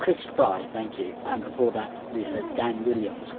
chris fry, thank you and before that we heard dan williams.